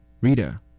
Rita